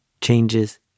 changes